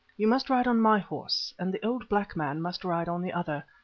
you must ride on my horse, and the old black man must ride on the other.